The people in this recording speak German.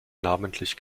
namentlich